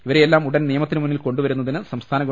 ഇവരെയെല്ലാം ഉടൻ നിയമത്തിന് മുന്നിൽ കൊണ്ടുവരു ന്നതിന് സംസ്ഥാന ഗവ